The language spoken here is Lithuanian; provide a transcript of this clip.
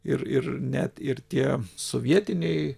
ir ir net ir tie sovietiniai